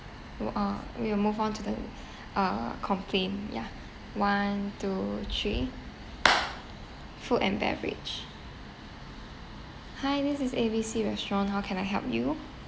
we uh we will move on to the uh complain ya one two three food and beverage hi this is A B C restaurant how can I help you